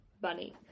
Bunny